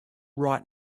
right